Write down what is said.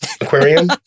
Aquarium